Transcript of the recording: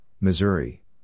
Missouri